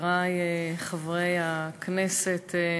חברי חברי הכנסת,